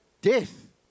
death